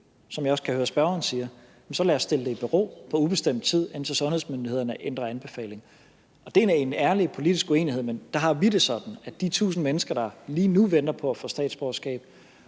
som jeg også kan høre spørgeren sige, at så lad os stille det i bero på ubestemt tid, indtil sundhedsmyndighederne ændrer anbefaling. Det er en ærlig politisk uenighed. Men der har vi det sådan, at de tusind mennesker, der lige nu venter på at få statsborgerskab,